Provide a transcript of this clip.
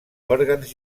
òrgans